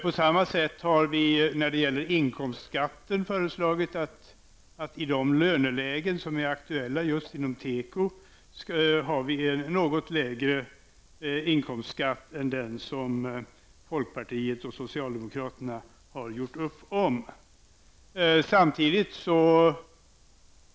På samma sätt har vi när det gäller de lönelägen som är aktuella inom just tekoinustrin föreslagit något lägre inkomstskatter än dem som folkpartiet och socialdemokraterna har gjort upp om.